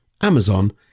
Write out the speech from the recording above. Amazon